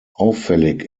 auffällig